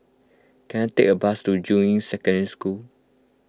can I take a bus to Juying Secondary School